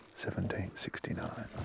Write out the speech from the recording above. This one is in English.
1769